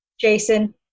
Jason